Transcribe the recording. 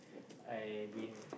I been